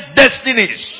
destinies